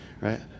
Right